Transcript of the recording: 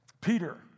Peter